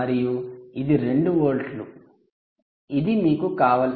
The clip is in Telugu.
7 V ఇక్కడ ఎక్కడో వస్తుంది ఇప్పుడు డ్రైన్ కరెంటు ప్రవాహాన్ని తీసుకుందాం 0